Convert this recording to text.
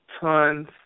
tons